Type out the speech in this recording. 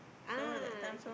ah okay